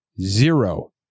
zero